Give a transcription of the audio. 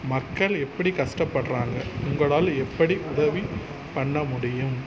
மக்கள் எப்படி கஷ்டப்படுறாங்க உங்களால் எப்படி உதவி பண்ண முடியும்